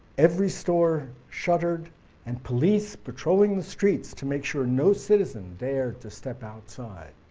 every store shuttered and police patrolling the streets to make sure no citizen dare to step outside.